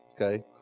okay